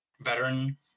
veteran